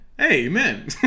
Amen